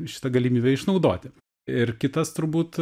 šitą galimybę išnaudoti ir kitas turbūt